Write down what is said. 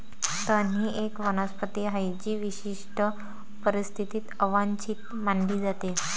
तण ही एक वनस्पती आहे जी विशिष्ट परिस्थितीत अवांछित मानली जाते